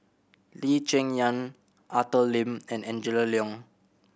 Lee Cheng Yan Arthur Lim and Angela Liong